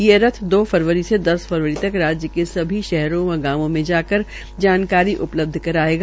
ये रथ दो फरवरी से दस फरवरी तक राज्य के सभी शहरों व गांवों मे जाकर उ लब्ध करायेगा